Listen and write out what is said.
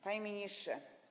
Panie Ministrze!